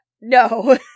No